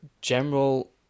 general